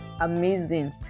amazing